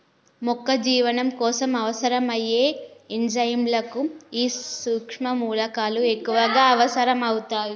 మొక్క జీవనం కోసం అవసరం అయ్యే ఎంజైముల కు ఈ సుక్ష్మ మూలకాలు ఎక్కువగా అవసరం అవుతాయి